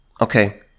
Okay